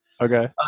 okay